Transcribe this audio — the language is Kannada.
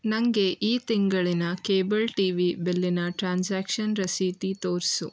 ನನಗೆ ಈ ತಿಂಗಳಿನ ಕೇಬಲ್ ಟಿ ವಿ ಬಿಲ್ಲಿನ ಟ್ರಾನ್ಸಾಕ್ಷನ್ ರಸೀತಿ ತೋರಿಸು